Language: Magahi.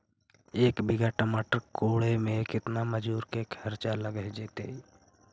एक बिघा टमाटर कोड़े मे केतना मजुर के खर्चा लग जितै?